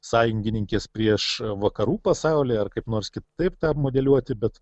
sąjungininkės prieš vakarų pasaulį ar kaip nors kitaip tą modeliuoti bet